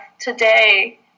today